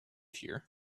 here